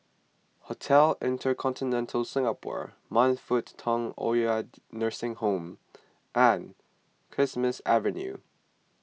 Hotel Intercontinental Singapore Man Fut Tong Oid Nursing Home and Kismis Avenue